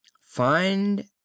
FIND